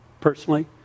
personally